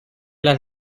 las